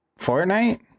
Fortnite